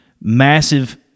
massive